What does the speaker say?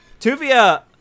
Tuvia